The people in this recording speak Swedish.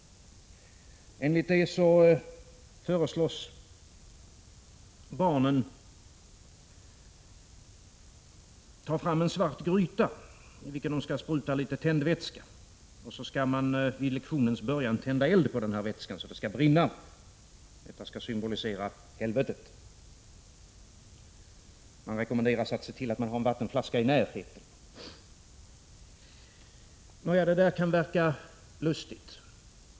Enligt detta föreslås barnen ta fram en svart gryta i vilken de skall spruta litet tändvätska. Vid lektionens början skall man sedan tända eld på denna vätska. Den brinnande tändvätskan skall symbolisera helvetet. Man rekommenderas att se till att man har en vattenflaska i närheten. Detta kan verka lustigt.